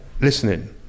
listening